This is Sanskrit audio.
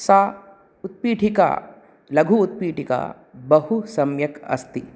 सा उत्पीठिका लधु उत्पीटिका बहु सम्यक् अस्ति